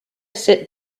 sit